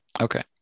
Okay